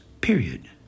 period